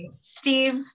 Steve